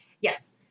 Yes